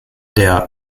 der